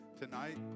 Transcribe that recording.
tonight